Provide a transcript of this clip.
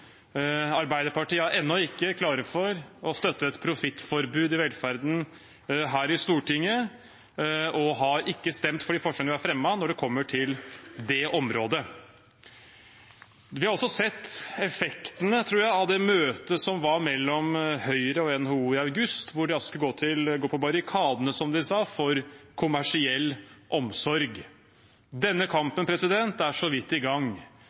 Arbeiderpartiet er ennå ikke klar for å støtte et profittforbud i velferden, her i Stortinget, og har ikke stemt for de forslagene vi har fremmet når det kommer til det området. Vi har også sett effektene, tror jeg, av det møtet som var mellom Høyre og NHO i august, hvor de altså skulle gå på barrikadene, som de sa, for kommersiell omsorg. Denne kampen er så vidt i gang.